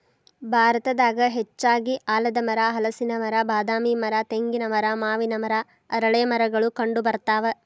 ಭಾರತದಾಗ ಹೆಚ್ಚಾಗಿ ಆಲದಮರ, ಹಲಸಿನ ಮರ, ಬಾದಾಮಿ ಮರ, ತೆಂಗಿನ ಮರ, ಮಾವಿನ ಮರ, ಅರಳೇಮರಗಳು ಕಂಡಬರ್ತಾವ